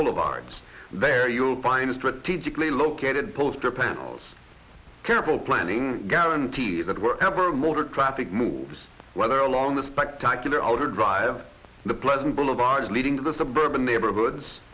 boulevards there you'll find a strategically located poster panels careful planning guarantee that wherever motor traffic moves whether along the spectacular outer drive the pleasant boulevard leading to the suburban neighborhoods